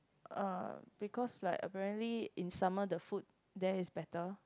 uh because like apparently in summer the food there is better